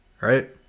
Right